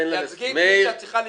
תייצגי את מי שאת צריכה לייצג,